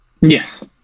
Yes